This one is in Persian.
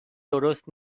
درست